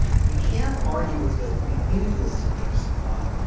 you can't argue with the the influence of the m c. five.